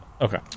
okay